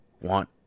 want